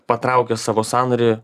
patraukia savo sąnarį